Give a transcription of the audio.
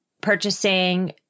purchasing